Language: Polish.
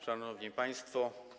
Szanowni Państwo!